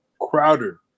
Crowder